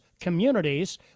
communities